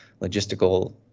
logistical